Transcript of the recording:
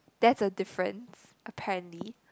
that's a difference apparently